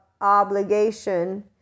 obligation